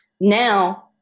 Now